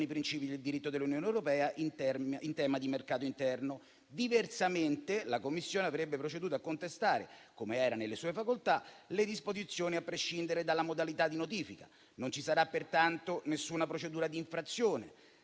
i principi del diritto dell'Unione europea in tema di mercato interno. Diversamente, la Commissione avrebbe proceduto a contestare - come era nelle sue facoltà - le disposizioni a prescindere dalla modalità di notifica. Non ci sarà pertanto nessuna procedura di infrazione